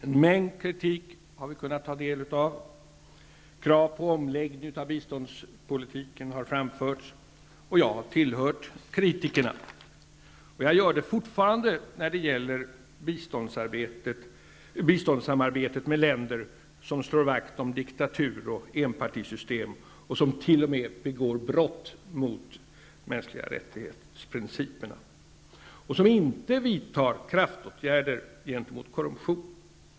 Vi har kunnat ta del av en mängd kritik. Krav på omläggning av biståndspolitiken har framförts. Jag har tillhört kritikerna. Jag gör det fortfarande när det gäller biståndssamarbete med länder som slår vakt om diktatur och enpartisystem och som t.o.m. begår brott mot de mänskliga rättigheterna och som inte vidtar kraftåtgärder gentemot korrumption.